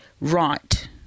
right